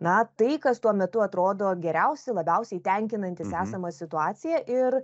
na tai kas tuo metu atrodo geriausi labiausiai tenkinantys esamą situaciją ir